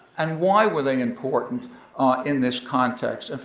and why were they important in this context?